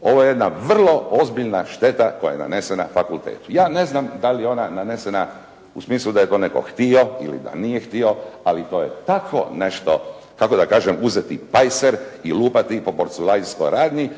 ovo je jedna vrlo ozbiljna šteta koja je nanesena fakultetu. Ja ne znam dali je ona nanesena u smislu da je to netko htio ili da nije htio, ali to je tako nešto, kako da kažem uzeti pajser i lupati po porculanskoj radnji.